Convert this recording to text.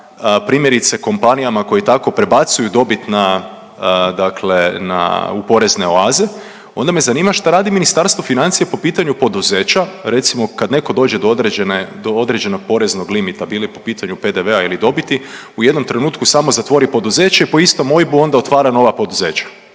primjerice kompanijama koje tako prebacuju dobit na dakle na, u porezne oaze, onda me zanima šta radi Ministarstvo financija po pitanju poduzeća, recimo kad netko dođe do određene, do određenog poreznog limita, bili po pitanju PDV-a ili dobiti, u jednom trenutku samo zatvori poduzeće i po istom OIB-u onda otvara nova poduzeća.